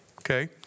Okay